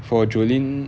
for jolene